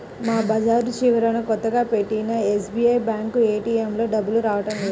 మా బజారు చివరన కొత్తగా పెట్టిన ఎస్బీఐ బ్యేంకు ఏటీఎంలో డబ్బులు రావడం లేదు